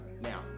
Now